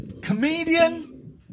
Comedian